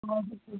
బాగా చెప్పారు